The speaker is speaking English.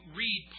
read